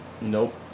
Nope